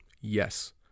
Yes